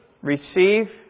receive